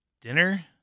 Dinner